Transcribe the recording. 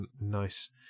nice